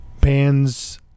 bands